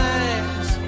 eyes